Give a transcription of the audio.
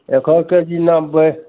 एकहक के जी नापबै